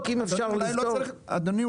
אדוני,